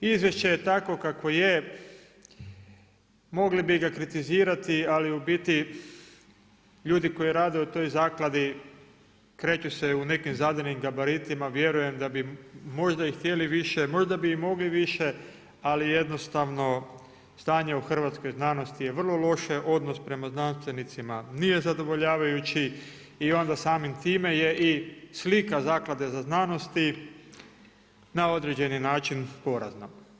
Izvješće je takvo kakvo je, mogli bi ga kritizirati ali u biti ljudi koji rade u toj zakladi kreću se u nekim zadanim gabaritima, vjerujem da bi možda i htjeli više, možda bi i mogli više ali jednostavno, stanje u hrvatskoj znanosti je vrlo loše, odnos prema znanstvenicima nije zadovoljavajući i onda samim time je i slika Zaklade za znanost na određeni način porazna.